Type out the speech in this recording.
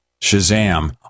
Shazam